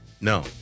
No